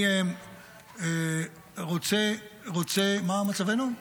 מה מצבנו?